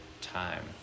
time